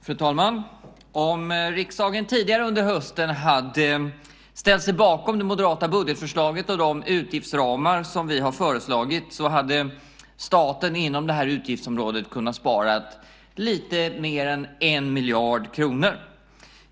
Fru talman! Om riksdagen tidigare under hösten hade ställt sig bakom det moderata budgetförslaget och de utgiftsramar som vi har föreslagit hade staten inom det här utgiftsområdet kunnat spara lite mer än 1 miljard kronor.